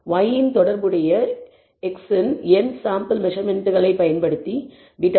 y இன் தொடர்புடைய x's இன் n சாம்பிள் மெசர்மென்ட்களைப் பயன்படுத்தி β0 β1 β2